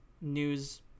news